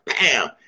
bam